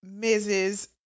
Mrs